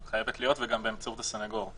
חייבת להיות, וגם באמצעות הסנגור.